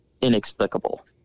inexplicable